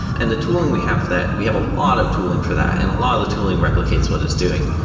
and the tooling we have for that, we have a lot of tooling for that and a lot of the tooling replicates what it's doing.